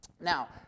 Now